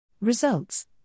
Results